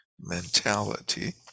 mentality